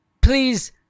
please